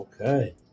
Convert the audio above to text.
Okay